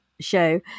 show